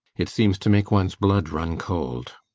it seems to make one's blood run cold.